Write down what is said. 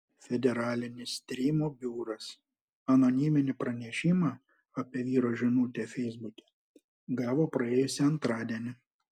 federalinis tyrimų biuras anoniminį pranešimą apie vyro žinutę feisbuke gavo praėjusį antradienį